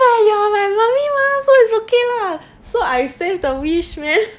but you are my mummy mah so is okay lah so I save the wish man